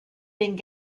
den